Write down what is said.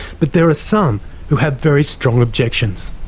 but there are some who have very strong objections.